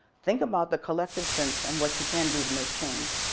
think about the collective sense and what you can do to make change,